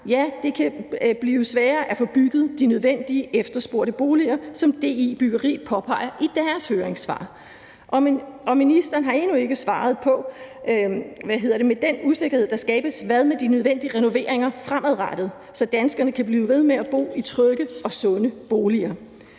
at det kan blive sværere at få bygget de nødvendige, efterspurgte boliger, som DI Byggeri påpeger i deres høringssvar. Og ministeren har endnu ikke – med den usikkerhed, der skabes – svaret på, hvad der skal ske med de nødvendige renoveringer fremadrettet, så danskerne kan blive ved med at bo i trygge og sunde boliger.